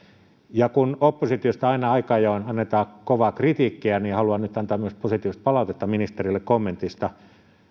ja kun oppositiosta aina aika ajoin annetaan kovaa kritiikkiä niin haluan nyt antaa myös positiivista palautetta ministerille kommentista